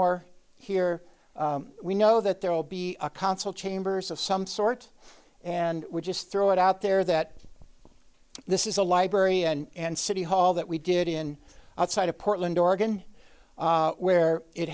ore here we know that there will be a council chambers of some sort and we just throw it out there that this is a library and city hall that we did in outside of portland oregon where it